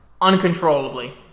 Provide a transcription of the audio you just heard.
uncontrollably